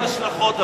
השאלה,